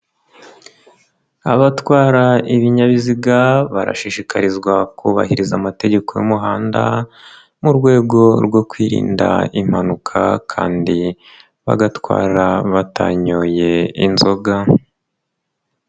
Abatwara ibinyabiziga barashishikarizwa kubahiriza amategeko y'umuhanda mu rwego rwo kwirinda impanuka kandi bagatwara batanyoye inzoga.